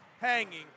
hanging